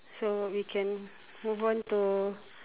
so we can move on to